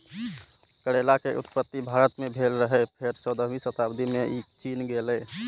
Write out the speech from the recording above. करैला के उत्पत्ति भारत मे भेल रहै, फेर चौदहवीं शताब्दी मे ई चीन गेलै